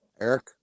Eric